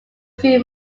few